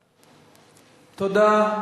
תודה.